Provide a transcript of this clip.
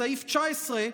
בסעיף 19,